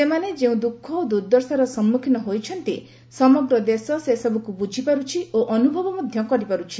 ସେମାନେ ଯେଉଁ ଦ୍ରଃଖ ଓ ଦୂର୍ଦ୍ଦଶାର ସମ୍ମୁଖୀନ ହୋଇଛନ୍ତି ସମଗ୍ର ଦେଶ ସେ ସବୁକୁ ବୁଝିପାରୁଛି ଓ ଅନୁଭବ ମଧ୍ୟ କରିପାରୁଛି